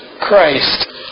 Christ